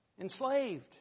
Enslaved